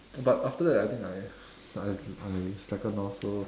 but after that I think I s~ I I slackened off so